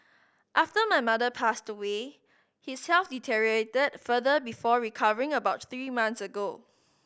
after my mother passed away his health deteriorated further before recovering about three months ago